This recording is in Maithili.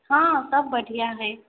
हॅं सब बैठ गया है भई